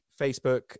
Facebook